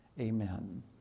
Amen